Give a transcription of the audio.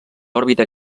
òrbita